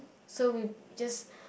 so we've just